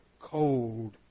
cold